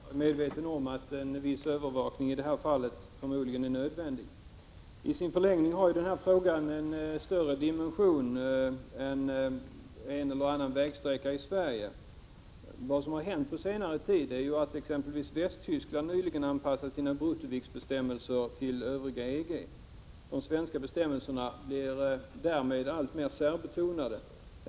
Herr talman! Jag är medveten om att en viss övervakning i det här fallet förmodligen är nödvändig. I sin förlängning har denna fråga en större dimension än en eller annan vägsträcka i Sverige. Västtyskland har nyligen anpassat sina bruttoviktsbestämmelser till bestämmelserna inom övriga EG. De svenska bestämmelserna blir därmed alltmer särbetonade.